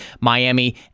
Miami